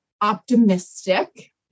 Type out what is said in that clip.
optimistic